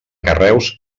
carreus